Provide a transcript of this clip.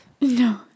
No